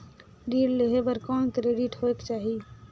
ऋण लेहे बर कौन क्रेडिट होयक चाही?